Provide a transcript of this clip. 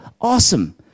awesome